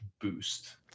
boost